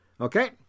Okay